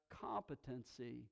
competency